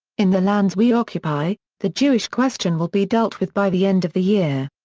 in the lands we occupy, the jewish question will be dealt with by the end of the year.